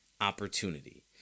opportunity